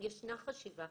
ישנה חשיבה,